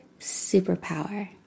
superpower